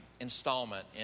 installment